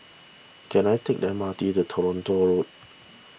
can I take the M R T to Toronto Road